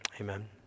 Amen